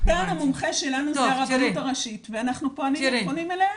בעל המומחה שלנו הוא הרבנות הראשית ואנחנו פונים אליו.